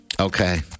Okay